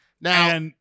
now